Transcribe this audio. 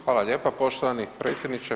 Hvala lijepa poštovani predsjedniče.